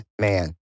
man